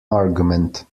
argument